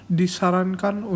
disarankan